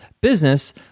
business